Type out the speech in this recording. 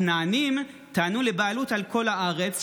הכנענים טענו לבעלות על כל הארץ,